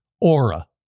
Aura